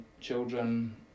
children